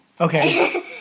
Okay